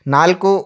ನಾಲ್ಕು